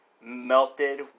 melted